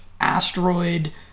asteroid